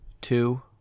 two